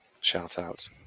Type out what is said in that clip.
shout-out